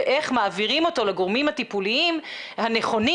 ואיך מעבירים אותו לגורמים הטיפוליים הנכונים